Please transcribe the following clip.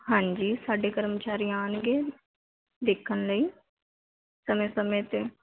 ਹਾਂਜੀ ਸਾਡੇ ਕਰਮਚਾਰੀ ਆਉਣਗੇ ਦੇਖਣ ਲਈ ਸਮੇਂ ਸਮੇਂ 'ਤੇ